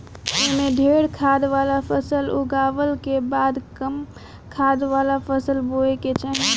एमे ढेरे खाद वाला फसल उगावला के बाद कम खाद वाला फसल बोए के चाही